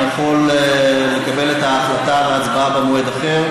אני יכול לקבל את ההחלטה על הצבעה במועד אחר,